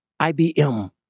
IBM